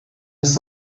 jest